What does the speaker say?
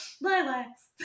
Lilacs